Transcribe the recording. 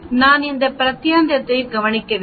நான் இந்த பிராந்தியத்தை கவனிக்க வேண்டும்